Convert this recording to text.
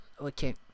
Okay